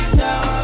now